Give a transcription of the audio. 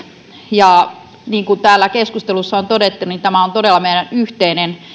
ja niin kuin täällä keskustelussa on todettu tämä on todella meidän yhteinen